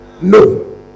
No